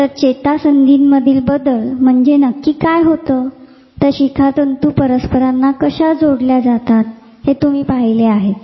तर चेतासंधीमधील बदल म्हणजे नक्की काय होते आहे तर शिखातंतू परस्परांना कशा प्रकारे जोडल्या जातात ते तुम्ही पहिले आहेच